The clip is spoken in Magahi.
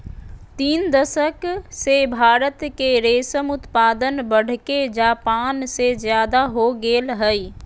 तीन दशक से भारत के रेशम उत्पादन बढ़के जापान से ज्यादा हो गेल हई